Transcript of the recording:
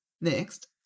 Next